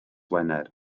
wener